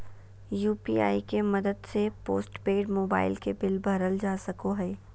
UPI के मदद से पोस्टपेड मोबाइल के बिल भरल जा सको हय